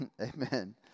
Amen